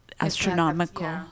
astronomical